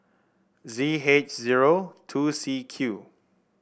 Z H zero two C Q